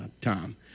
time